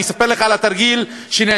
אספר לך על התרגיל שנעשה,